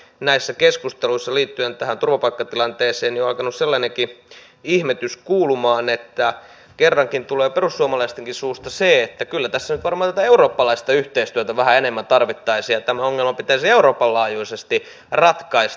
näissä keskusteluissa liittyen tähän turvapaikkatilanteeseen on alkanut sellainenkin ihmetys kuulumaan että kerrankin tulee perussuomalaistenkin suusta se että kyllä tässä nyt varmaan tätä eurooppalaista yhteistyötä vähän enemmän tarvittaisiin ja tämä ongelma pitäisi euroopan laajuisesti ratkaista